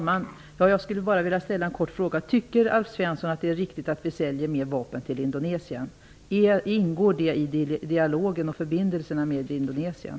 Herr talman! Jag vill bara ställa två korta frågor. Tycker Alf Svensson att det är riktigt att vi säljer mer vapen till Indonesien? Ingår det i dialogen och förbindelserna med Indonesien?